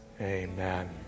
Amen